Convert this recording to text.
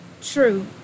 true